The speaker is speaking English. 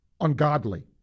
ungodly